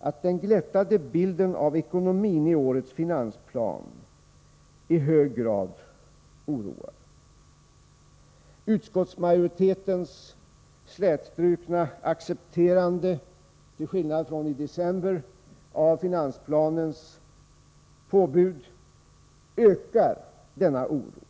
att den glättade bilden av ekonomin i årets finansplan i hög grad oroar. Utskottsmajoritetens slätstrukna accepterande, till skillnad från i december, av finansplanens påbud ökar denna oro.